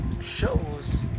shows